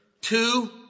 two